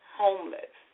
homeless